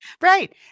Right